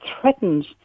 threatened